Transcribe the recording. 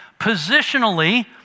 Positionally